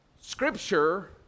Scripture